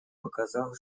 показал